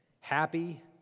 happy